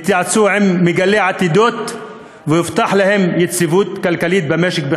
התייעצו עם מגלי עתידות והובטחה להם יציבות כלכלית במשק?